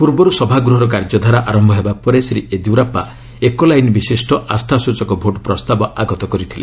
ପୂର୍ବରୁ ସଭାଗୃହର କାର୍ଯ୍ୟଧାରା ଆରମ୍ଭ ହେବା ପରେ ଶ୍ରୀ ୟେଦିୟୁରାପ୍ପା ଏକ ଲାଇନ୍ ବିଶିଷ୍ଟ ଆସ୍ଥାସ୍ଟଚକ ଭୋଟ୍ ପ୍ରସ୍ତାବ ଆଗତ କରିଥିଲେ